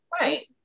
right